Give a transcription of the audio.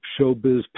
showbiz